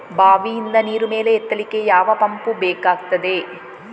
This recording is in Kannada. ಬಾವಿಯಿಂದ ನೀರು ಮೇಲೆ ಎತ್ತಲಿಕ್ಕೆ ಯಾವ ಪಂಪ್ ಬೇಕಗ್ತಾದೆ?